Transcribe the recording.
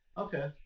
Okay